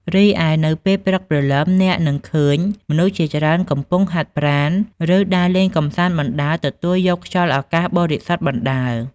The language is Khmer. រីឯនៅពេលព្រឹកព្រលឹម អ្នកនឹងឃើញមនុស្សជាច្រើនកំពុងហាត់ប្រាណ ឬដើរលេងកម្សាន្តបណ្ដើរទទួលយកខ្យល់អាកាសបរិសុទ្ធបណ្ដើរ។